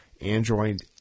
android